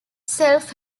self